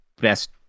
best